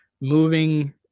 moving